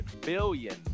billion